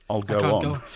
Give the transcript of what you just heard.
i'll go